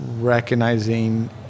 recognizing